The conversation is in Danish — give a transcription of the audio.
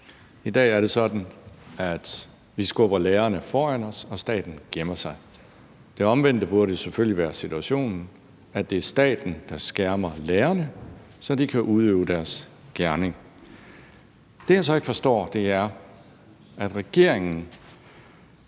I dag er det sådan, at vi skubber lærerne foran os og staten gemmer sig. Det omvendte burde selvfølgelig være situationen: at det er staten, der skærmer lærerne, så de kan udøve deres gerning. Det, jeg så ikke forstår, er, at regeringen